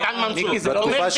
גם זה לא בסדר?